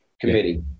committee